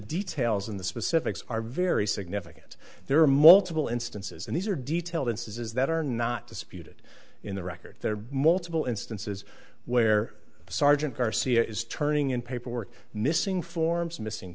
details in the specifics are very significant there are multiple instances and these are detailed instances that are not disputed in the record there are multiple instances where sergeant garcia is turning in paperwork missing forms missing